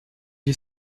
est